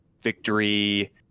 victory